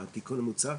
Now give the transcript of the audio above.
התיקון המוצע,